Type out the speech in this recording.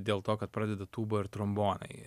dėl to kad pradeda tūba ir trombonai